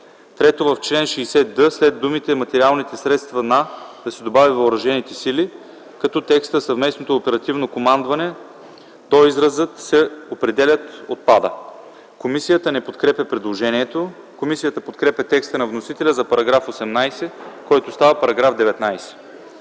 3. В чл. 60д, след думите „материалните средства на” да се добави „въоръжените сили”, като текстът „Съвместното оперативно командване” до израза „се определят” отпада. Комисията не подкрепя предложението. Комисията подкрепя текста на вносителя за § 18, който става § 19.